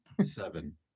Seven